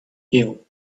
ill